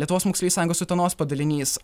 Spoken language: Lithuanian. lietuvos moksleivių sąjungos utenos padalinys